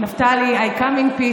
נפתלי, I come in peace.